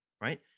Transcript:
right